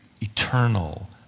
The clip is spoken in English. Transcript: eternal